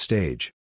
Stage